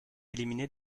éliminée